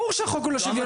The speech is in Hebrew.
ברור שהחוק הוא לא שוויוני.